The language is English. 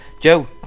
joe